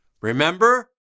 remember